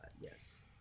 Yes